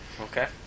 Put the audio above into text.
Okay